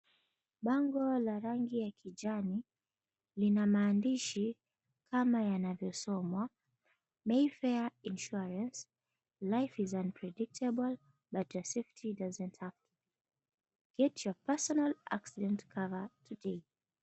Bango la rangi ya kijani lina maandishi kama yanavyosomwa, " Mayfair Insurance. Life is unpredictable but your safety doesn't have. get your personal accident cover today ."